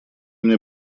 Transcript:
мне